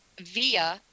via